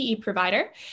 provider